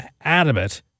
adamant